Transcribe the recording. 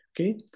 Okay